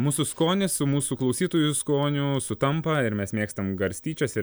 mūsų skonis su mūsų klausytojų skoniu sutampa ir mes mėgstam garstyčias ir